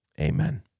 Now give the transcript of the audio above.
amen